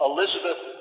Elizabeth